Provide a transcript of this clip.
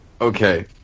Okay